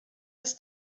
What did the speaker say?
his